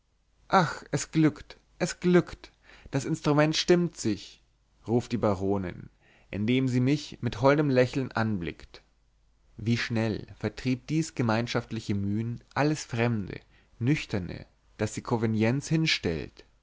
ach es glückt es glückt das lnstrument stimmt sich ruft die baronin indem sie mich mit holdem lächeln anblickt wie schnell vertrieb dies gemeinschaftliche mühen alles fremde nüchterne das die konvenienz hinstellt